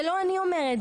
זה לא אני אומרת,